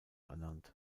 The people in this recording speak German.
ernannt